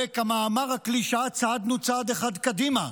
וכמאמר הקלישאה צעדנו צעד קדימה,